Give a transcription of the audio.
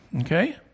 Okay